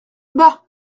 bah